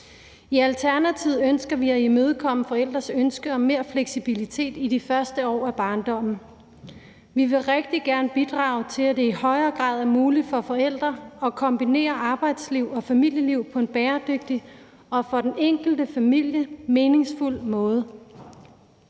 I Alternativet ønsker vi at imødekomme forældres ønske om mere fleksibilitet i de første år af barndommen. Vi vil rigtig gerne bidrage til, at det i højere grad er muligt for forældre at kombinere arbejdsliv og familieliv på en bæredygtig og for den enkelte familie meningsfuld måde.